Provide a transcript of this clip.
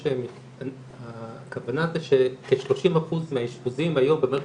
הכוונה זה שכ-30% מהאשפוזים היום במערכת